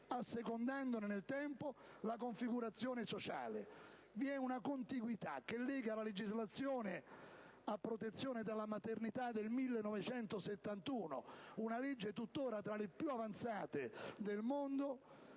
assecondandone nel tempo la configurazione sociale. Vi è una contiguità che lega la legislazione a protezione della maternità del 1971 - una legge tuttora tra le più avanzate del mondo